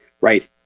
Right